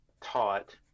taught